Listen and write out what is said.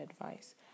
advice